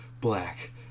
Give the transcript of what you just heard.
black